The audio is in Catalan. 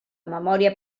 memòria